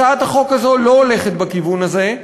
הצעת החוק הזו לא הולכת בכיוון הזה,